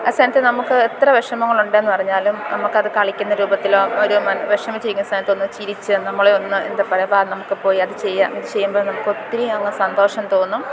ആ സ്ഥാനത്ത് നമുക്ക് എത്ര വിഷമങ്ങളുണ്ടെന്ന് പറഞ്ഞാലും നമുക്കത് കളിക്കുന്ന രൂപത്തിലോ ഒരു മ വിഷമിച്ചിരിക്കുന്ന സ്ഥാനത്ത് ഒന്ന് ചിരിച്ച് നമ്മളേ ഒന്ന് എന്താ പറയാ വാ നമുക്ക് പോയി അത് ചെയ്യാം ഇത് ചെയ്യുമ്പോൾ നമുക്കൊത്തിരി അങ്ങ് സന്തോഷം തോന്നും